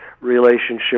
relationship